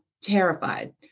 terrified